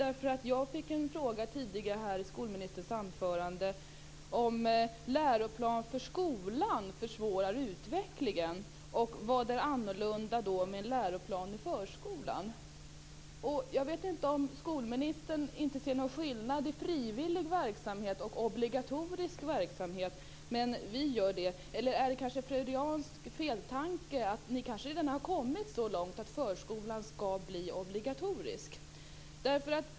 Jag fick tidigare nämligen en fråga från skolministern om en läroplan för skolan försvårar utvecklingen och om det är annorlunda med en läroplan för förskolan. Jag vet inte om skolministern inte ser någon skillnad i frivillig verksamhet och i obligatorisk verksamhet, men vi gör det. Det kanske är en freudiansk feltanke att ni kanske redan har kommit så långt att förskolan skall bli obligatorisk.